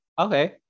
Okay